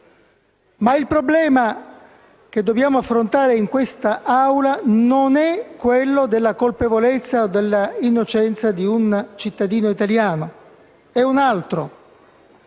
Ma il problema che dobbiamo affrontare in quest'Aula non è quello della colpevolezza o della innocenza di un cittadino italiano. Il